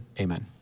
Amen